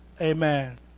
Amen